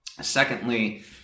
secondly